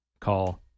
call